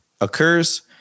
occurs